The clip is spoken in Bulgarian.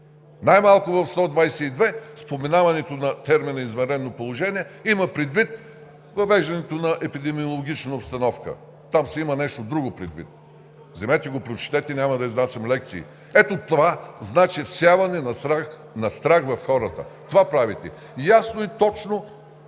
Най-малко в чл. 122 споменаването на термина „извънредно положение“ има предвид въвеждането на епидемиологична обстановка. Там се има предвид нещо друго. Вземете го прочетете, няма да изнасям лекции. Ето това значи всяване на страх в хората – това правите! Ясно и точно